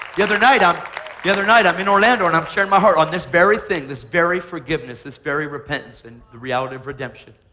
the other night i'm the other night i'm in orlando, and i'm sharing my heart on this very thing, this very forgiveness, this very repentance, and the reality of redemption,